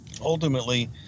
ultimately